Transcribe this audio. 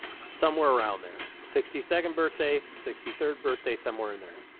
somewhere around there, sixty second birthday, sixty third birthday, somewhere in there.